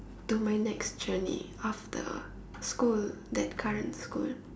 to my next journey after school that current school